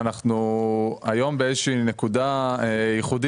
אנחנו נמצאים היום באיזו שהיא נקודה ייחודית